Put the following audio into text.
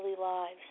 lives